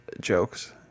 jokes